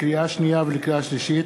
לקריאה שנייה ולקריאה שלישית: